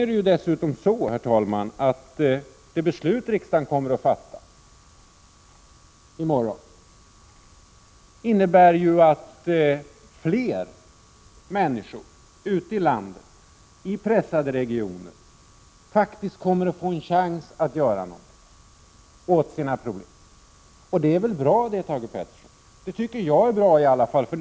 Det är dessutom så, herr talman, att det beslut riksdagen kommer att fatta i morgon innebär att fler människor ute i landet, i pressade regioner, faktiskt kommer att få en chans att göra något åt sina problem. Det är väl bra, Thage Peterson. I alla fall tycker jag att det är bra.